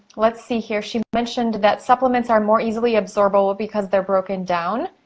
let's see here, she mentioned that supplements are more easily absorbable because they're broken down.